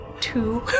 Two